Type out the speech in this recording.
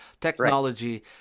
technology